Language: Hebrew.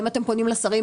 האם אתם פונים לשרים?